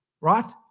right